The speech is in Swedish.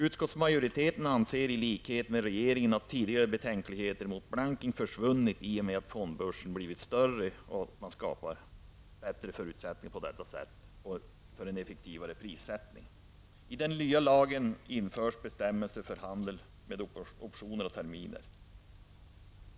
Utskottsmajoriteten anser i likhet med regeringen att tidigare betänkligheter mot blankning försvunnit i och med att fondbörsen blivit större och att man skapar förutsättning för effektivare prissättning. I den nya lagen införs bestämmelser för handeln med optioner och terminer.